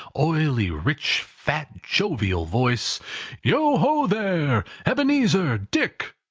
oily, rich, fat, jovial voice yo ho, there! ebenezer! dick!